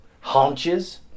haunches